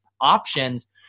options